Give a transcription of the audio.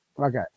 Okay